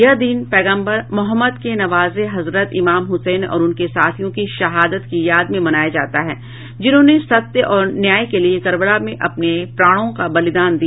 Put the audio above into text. यह दिन पैगंबर मोहम्मद के नवासे हजरत इमाम हुसैन और उनके साथियों की शहादत की याद में मनाया जाता है जिन्होंने सत्य और न्याय के लिए कर्बला में अपने प्राणों का बलिदान दिया